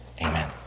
Amen